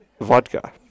Vodka